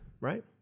right